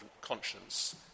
conscience